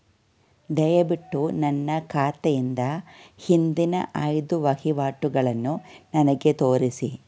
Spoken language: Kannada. ದಯವಿಟ್ಟು ನನ್ನ ಖಾತೆಯಿಂದ ಹಿಂದಿನ ಐದು ವಹಿವಾಟುಗಳನ್ನು ನನಗೆ ತೋರಿಸಿ